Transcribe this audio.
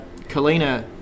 Kalina